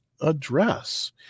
address